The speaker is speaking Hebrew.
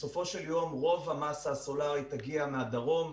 כי בסופו של יום רוב המסה הסולארית תגיע מהדרום,